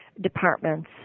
departments